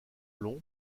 long